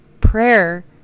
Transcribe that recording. prayer